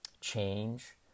change